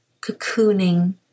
cocooning